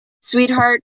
sweetheart